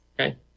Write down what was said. Okay